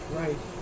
right